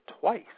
twice